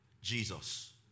Jesus